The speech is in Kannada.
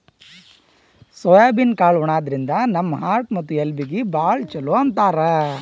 ಸೋಯಾಬೀನ್ ಕಾಳ್ ಉಣಾದ್ರಿನ್ದ ನಮ್ ಹಾರ್ಟ್ ಮತ್ತ್ ಎಲಬೀಗಿ ಭಾಳ್ ಛಲೋ ಅಂತಾರ್